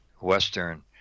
Western